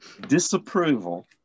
Disapproval